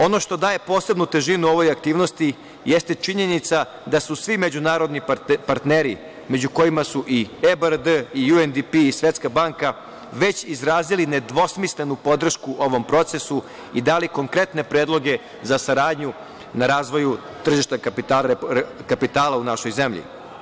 Ono što daje posebnu težinu ovoj aktivnosti jeste činjenica da su svi međunarodni partneri, među kojima su i EBRD i UNDP i Svetska banka, već izrazili nedvosmislenu podršku ovom procesu i dali konkretne predloge za saradnju na razvoju tržišta kapitala u našoj zemlji.